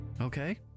Okay